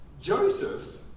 Joseph